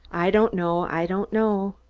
i don't know, i don't know.